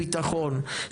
ביטחון,